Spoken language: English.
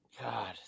God